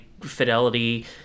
fidelity